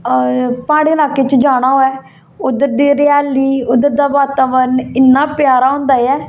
अ प्हाडे़ें लाकें च जाना होऐ उद्धर दी हरियाली उद्धर दा वातावरण इ'न्ना प्यारा होंदा ऐ